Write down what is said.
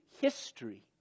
history